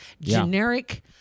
Generic